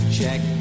Check